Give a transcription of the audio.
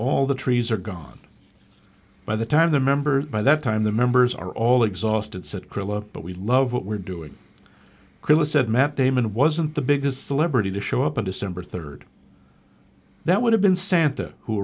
all the trees are gone by the time the members by that time the members are all exhausted said crillon but we love what we're doing christmas said matt damon wasn't the biggest celebrity to show up on december third that would have been santa who